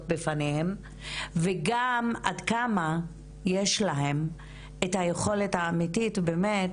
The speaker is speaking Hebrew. בפניהם וגם עד כמה יש להם את היכולת האמיתית באמת,